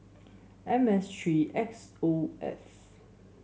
M S three X O F